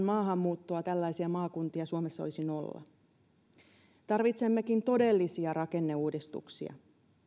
maahanmuuttoa tällaisia maakuntia suomessa olisi nolla tarvitsemmekin todellisia rakenneuudistuksia